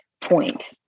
point